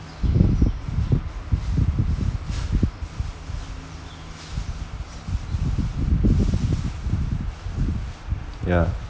yeah